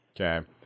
Okay